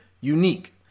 unique